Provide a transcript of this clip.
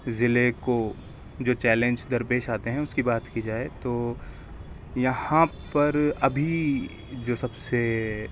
ضلعے کو جو چیلنج درپیش آتے ہیں اُس کی بات کی جائے تو یہاں پر ابھی جو سب سے